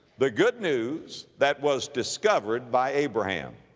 the good news that was discovered by abraham.